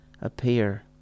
appear